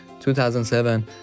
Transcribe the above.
2007